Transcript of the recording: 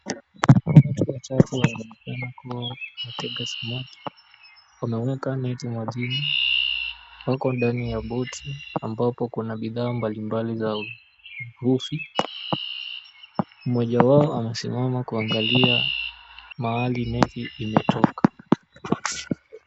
Watu watatu wanaonekana kuwa wanatega samaki. Wanaweka neti majini. Wako ndani ya boti ambapo kuna bidhaa mbalimbali za uvuvi. Mmoja wao anasimama kuangalia mahali neti imetoka.